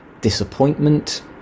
disappointment